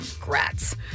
Congrats